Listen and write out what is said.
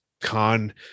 con